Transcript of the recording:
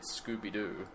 Scooby-Doo